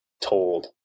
told